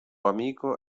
amico